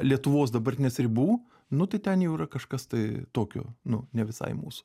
lietuvos dabartinės ribų nu tai ten jau yra kažkas tai tokio nu ne visai mūsų